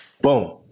Boom